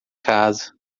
casa